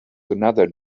another